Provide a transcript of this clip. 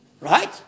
Right